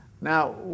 Now